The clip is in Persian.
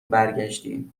برگشتی